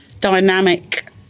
dynamic